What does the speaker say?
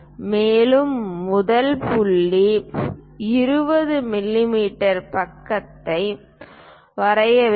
மேலும் முதல் புள்ளி 20 மிமீ பக்கத்தை வரைய வேண்டும்